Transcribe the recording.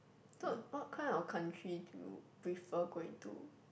so what kind of country do you prefer going to